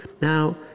now